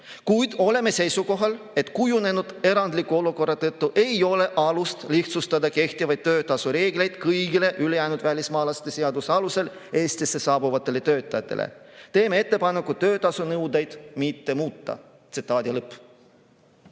Kuid oleme seisukohal, et kujunenud erandliku olukorra tõttu ei ole alust lihtsustada kehtivaid töötasureegleid kõigile ülejäänud välismaalaste seaduse alusel Eestisse saabuvatele töötajatele. Teeme ettepaneku töötasunõudeid mitte muuta."